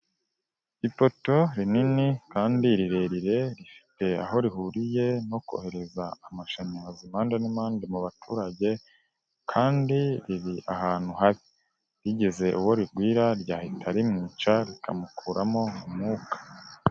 Ipoto rinini kandi rirerire rifite aho rihuriye no kohereza amashanyarazi impande n'impande mu baturage, kandi riri ahantu habi, rigeze uwo rigwira ryahita rimwica rikamukuramo umwuka.